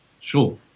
Sure